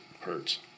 hurts